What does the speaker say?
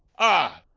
ah!